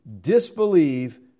disbelieve